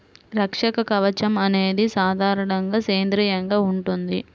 రక్షక కవచం అనేది సాధారణంగా సేంద్రీయంగా ఉంటుంది